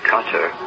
Cutter